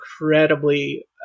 incredibly